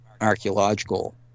archaeological